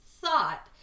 thought